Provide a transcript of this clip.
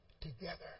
together